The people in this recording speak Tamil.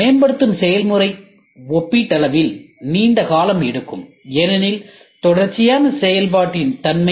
மேம்படுத்தும் செயல்முறை ஒப்பீட்டளவில் நீண்ட காலம் எடுக்கும் ஏனெனில் தொடர்ச்சியான செயல்பாட்டின் தன்மை